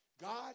God